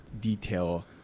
detail